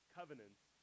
covenants